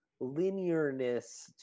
linearness